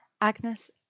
Agnes